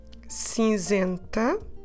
cinzenta